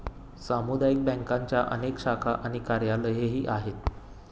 सामुदायिक बँकांच्या अनेक शाखा आणि कार्यालयेही आहेत